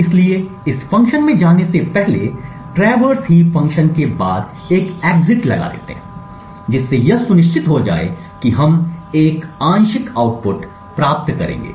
इसलिए इस फंक्शन में जाने से पहले ट्रैवर्स हीप फ़ंक्शन के बाद एक एग्जिट फंक्शन लगा देते हैं जिससे यह सुनिश्चित हो जाए कि हम एक आंशिक आउटपुट प्राप्त करेंगे